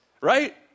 right